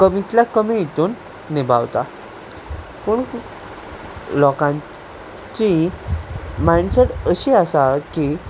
कमींतल्या कमी हातूंत निबावता पूण लोकांची मायंडसेट अशी आसा की